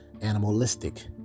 animalistic